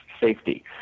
safety